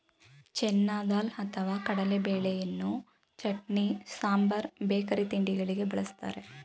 ಚೆನ್ನ ದಾಲ್ ಅಥವಾ ಕಡಲೆಬೇಳೆಯನ್ನು ಚಟ್ನಿ, ಸಾಂಬಾರ್ ಬೇಕರಿ ತಿಂಡಿಗಳಿಗೆ ಬಳ್ಸತ್ತರೆ